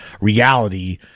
reality